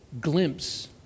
glimpse